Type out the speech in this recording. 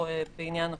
מתוכו בעניין הקורונה.